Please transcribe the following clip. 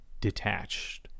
detached